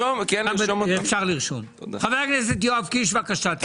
חבר הכנסת יואב קיש, בבקשה.